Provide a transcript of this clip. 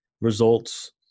results